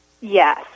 Yes